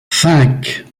cinq